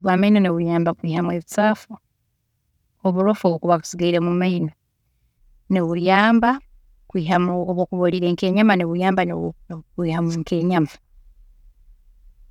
Bw'amaino nibunyamba kwiihamu ebicaafu, oburofu obukuba busigaire mumaino, nibuyamba kukwiihamu, obu okuba oriire nk'enyama nibuyamba kwiihamu nk'enyama.